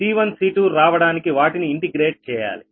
C1 C2 రావడానికి వాటిని integrate చేయాలి